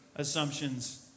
Assumptions